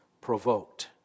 provoked